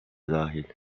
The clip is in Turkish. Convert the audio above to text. dahil